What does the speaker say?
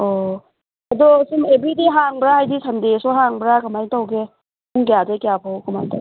ꯑꯣ ꯑꯗꯣ ꯁꯨꯝ ꯑꯦꯕ꯭ꯔꯤꯗꯦ ꯍꯥꯡꯕ꯭ꯔꯥ ꯍꯥꯏꯕꯗꯤ ꯁꯟꯗꯦꯁꯨ ꯍꯥꯡꯕ꯭ꯔꯥ ꯀꯃꯥꯏꯅ ꯇꯧꯕꯒꯦ ꯄꯨꯡ ꯀꯌꯥꯗꯒꯤ ꯀꯌꯥ ꯐꯥꯎꯕ ꯀꯃꯥꯏꯅ ꯇꯧꯏ